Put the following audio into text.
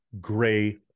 gray